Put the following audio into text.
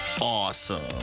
awesome